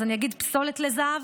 אז אני אגיד מפסולת לזהב,